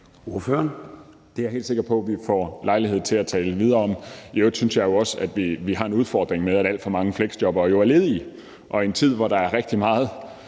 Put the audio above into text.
Joel (S): Det er jeg helt sikker på at vi får lejlighed til at tale videre om. I øvrigt synes jeg jo også, at vi har en udfordring med, at alt for mange fleksjobbere jo er ledige. I en tid, hvor der er rigtig meget